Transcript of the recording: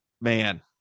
man